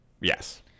Yes